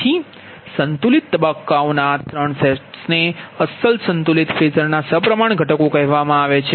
તેથી સંતુલિત તબક્કાઓના આ ત્રણ સેટ્સને અસલ અસંતુલિત ફેઝરના સપ્રમાણ ઘટકો કહેવામાં આવે છે